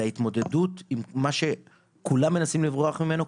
ההתמודדות עם מה שכולם מנסים לברוח ממנו,